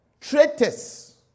Traitors